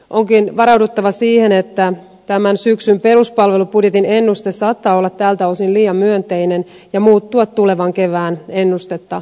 onkin varauduttava siihen että tämän syksyn peruspalvelubudjetin ennuste saattaa olla tältä osin liian myönteinen ja muuttua tulevan kevään ennustetta laadittaessa